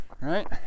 right